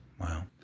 Wow